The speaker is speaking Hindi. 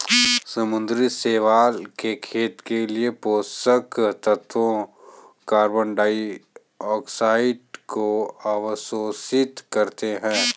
समुद्री शैवाल के खेत के लिए पोषक तत्वों कार्बन डाइऑक्साइड को अवशोषित करते है